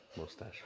Mustache